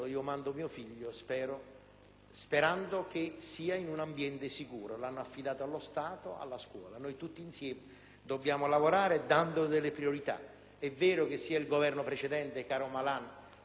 sperando fosse in un ambiente sicuro. Lo hanno affidato allo Stato, alla scuola. Tutti insieme dobbiamo lavorare stabilendo delle priorità. Il Governo precedente, caro Malan, nel 2002-2003